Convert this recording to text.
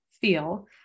feel